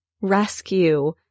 rescue